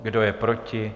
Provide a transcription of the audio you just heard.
Kdo je proti?